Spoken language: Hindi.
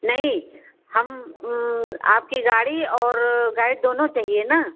नहीं हम आपकी गाड़ी और गाइड दोनों चाहिए ना